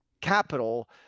capital